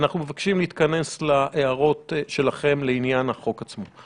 אנחנו מבקשים להתכנס להערות שלכם לעניין החוק עצמו.